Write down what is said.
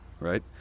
right